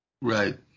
right